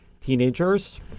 teenagers